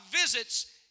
visits